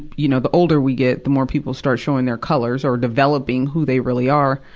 you know, the older we get, the more people start showing their colors or developing who they really are.